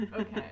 Okay